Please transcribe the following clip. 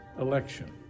election